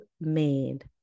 made